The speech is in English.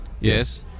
Yes